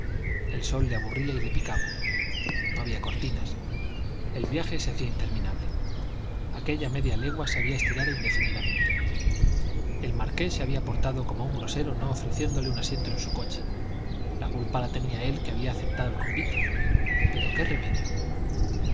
el sol le aburría y le picaba no había cortinas el viaje se hacía interminable aquella media legua se había estirado indefinidamente el marqués se había portado como un grosero no ofreciéndole un asiento en su coche la culpa la tenía él que había aceptado el convite pero qué remedio